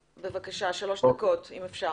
בבקשה, שלוש דקות, אם אפשר.